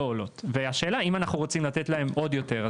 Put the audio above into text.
עולות והשאלה אם אנחנו רוצים לתת להן עוד יותר,